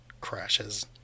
crashes